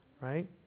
Right